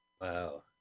Wow